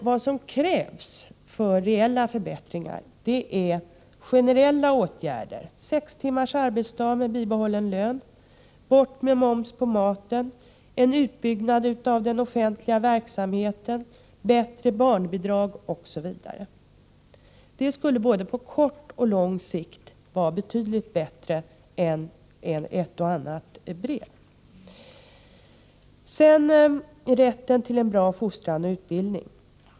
Vad som krävs är reella förbättringar, generella åtgärder, sex timmars arbetsdag med bibehållen lön, borttagande av momsen på mat, en utbyggnad av den offentliga verksamheten, bättre barnbidrag, osv. Det skulle både på kort och på lång sikt vara betydligt bättre än ett och annat brev. Sedan vill jag beröra rätten till en bra fostran och utbildning.